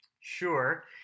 sure